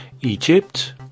Egypt